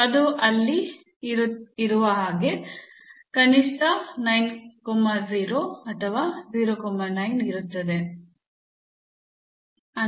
ಅದು ಇಲ್ಲಿ ಇರುವ ಹಾಗೆ ಕನಿಷ್ಠ 9 0 ಅಥವಾ 0 9 ಇರುತ್ತದೆ